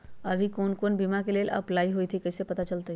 अभी कौन कौन बीमा के लेल अपलाइ होईत हई ई कईसे पता चलतई?